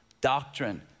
doctrine